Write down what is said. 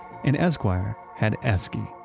and esquire had esky,